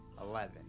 Eleven